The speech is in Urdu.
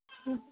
ہوں